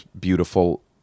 beautiful